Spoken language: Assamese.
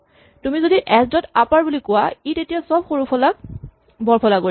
যদি তুমি এচ ডট আপাৰ বুলি কোৱা ই তেতিয়া চব সৰুফলাক বৰফলা কৰিব